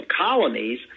colonies